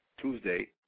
Tuesday